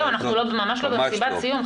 אנחנו ממש לא במסיבת סיום,